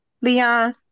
Leon